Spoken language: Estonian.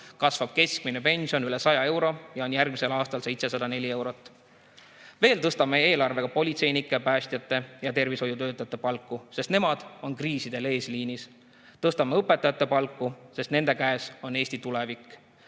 kasvab keskmine pension üle 100 euro ja on järgmisel aastal 704 eurot. Veel tõstame eelarvega politseinike, päästjate ja tervishoiutöötajate palku, sest nemad on kriisidel eesliinis. Tõstame õpetajate palku, sest nende käes on Eesti tulevik.